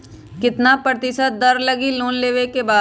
कितना प्रतिशत दर लगी लोन लेबे के बाद?